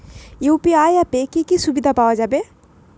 UPI অ্যাপে কি কি সুবিধা পাওয়া যাবে?